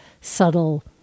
subtle